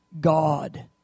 God